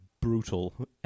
brutal